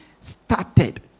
started